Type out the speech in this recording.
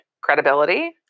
credibility